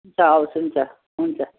हुन्छ हवस् हुन्छ हुन्छ